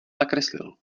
nakreslil